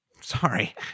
Sorry